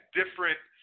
different